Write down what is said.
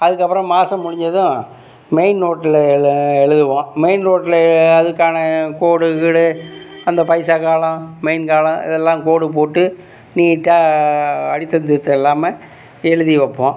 அதுக்கப்புறம் மாதம் முடிஞ்சதும் மெயின் நோட்டில் எழு எழுதுவோம் மெயின் நோட்டில் அதுக்கான கோடு கீடு அந்த பைசா காலம் மெயின் காலம் இதெல்லாம் கோடு போட்டு நீட்டாக அடித்தல் திருத்தல் இல்லாமல் எழுதி வைப்போம்